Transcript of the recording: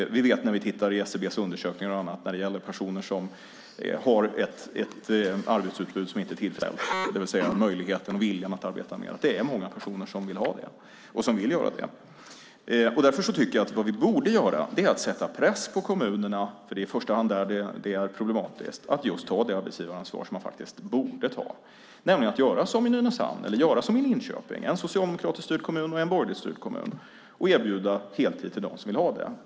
Vi kan titta i SCB:s undersökningar och annat när det gäller personer som har ett arbetsutbud som inte är tillfredsställt, det vill säga har möjligheten och viljan att arbeta mer. Det är många personer som vill göra det. Vad vi borde göra är att sätta press på kommunerna, för det är i första hand där det är problematiskt, att ta det arbetsgivaransvar som de borde ta och göra som i Nynäshamn eller Linköping, en socialdemokratiskt styrd kommun och en borgerligt styrd kommun: erbjuda heltid till dem som vill ha det.